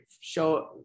show